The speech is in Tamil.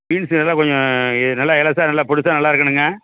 பீன்ஸ் நல்லா கொஞ்சம் நல்ல இளசா நல்ல பொடிசா நல்லா இருக்கணும்ங்க